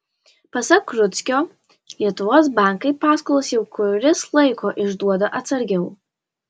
pasak rudzkio lietuvos bankai paskolas jau kuris laiko išduoda atsargiau